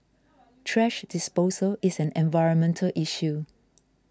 trash disposal is an environmental issue